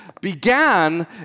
began